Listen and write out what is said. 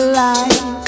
life